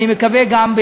אני מקווה גם,